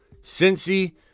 Cincy